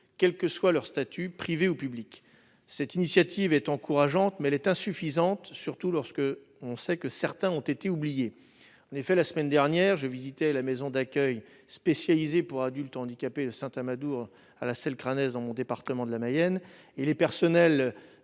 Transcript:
quelle que soit leur statut privé ou public, cette initiative est encourageante, mais elle est insuffisante, surtout lorsque on sait que certains ont été oubliés en effet la semaine dernière, j'ai visité la maison d'accueil spécialisée pour adultes handicapés, le Saint Amadou à la seule crâne dans mon département de la Mayenne et les personnels